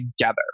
together